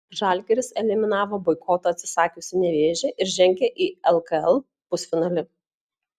žalgiris eliminavo boikoto atsisakiusį nevėžį ir žengė į lkl pusfinalį